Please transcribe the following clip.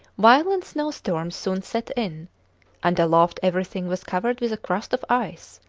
violent snowstorms soon set in and aloft everything was covered with a crust of ice,